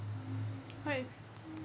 what